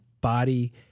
body